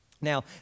Now